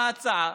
מה ההצעה?